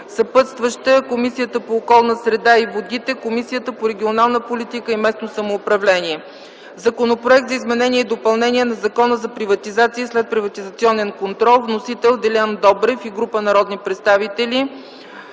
Съпътстващи са Комисията по околната среда и водите и Комисията по регионална политика и местно самоуправление. Законопроект за изменение и допълнение на Закона за приватизация и следприватизационен контрол. Вносители – Делян Добрев и група народни представители.